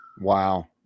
wow